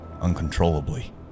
uncontrollably